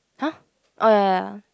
!huh! oh ya ya ya